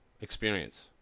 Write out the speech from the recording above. experience